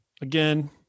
again